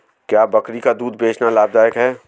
क्या बकरी का दूध बेचना लाभदायक है?